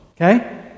okay